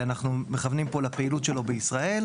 ואנחנו מכוונים פה לפעילות שלו בישראל,